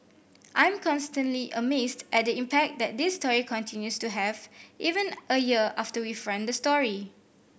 I'm constantly amazed at the impact that this story continues to have even a year after we've run the story